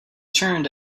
turned